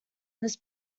this